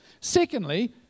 Secondly